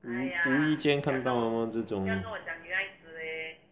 无无意间看到的 mah 这种